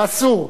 אסור,